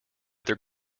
their